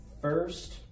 first